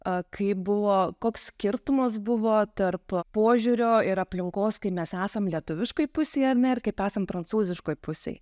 kai buvo koks skirtumas buvo tarp požiūrio ir aplinkos kai mes esam lietuviškoji pusėje ir kaip esam prancūziškoj pusėj